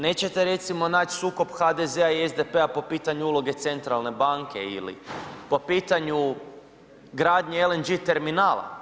Nećete recimo nać sukob HDZ-a i SDP-a po pitanju uloge Centralne banke ili po pitanju gradnje LNG terminala.